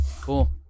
Cool